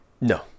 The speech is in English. No